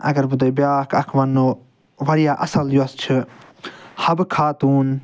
اگر بہٕ تۄہہِ بیاکھ اکھ وَنو یا اصل یۄس چھِ حَبہٕ خاتون